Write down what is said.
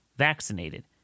vaccinated